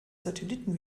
satelliten